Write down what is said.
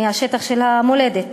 מהשטח של המולדת